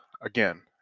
again